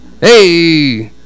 hey